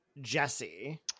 Jesse